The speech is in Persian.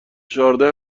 چهارده